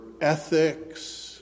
ethics